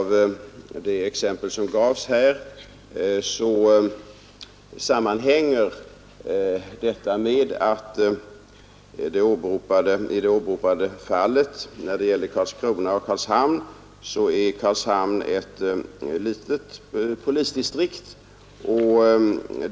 I det åberopade fallet, där polispersonal har placerats om från Karlskrona till Karlshamn, är förklaringen såvitt jag kan förstå att Karlshamn är ett litet polisdistrikt.